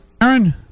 Aaron